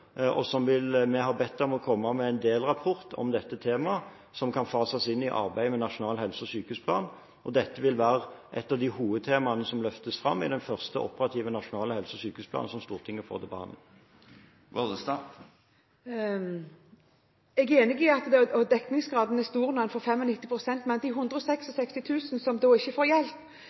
og som vi har bedt om å komme med en delrapport om dette temaet som kan fases inn i arbeidet med en nasjonal helse- og sykehusplan. Dette vil være et av de hovedtemaene som løftes fram i den første operative nasjonale helse- og sykehusplanen som Stortinget får til behandling. Jeg er enig i at dekningsgraden er stor når man får 95 pst. Men for de 166 000 som ikke får hjelp,